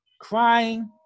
crying